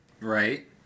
Right